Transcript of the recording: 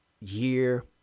year